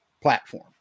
platform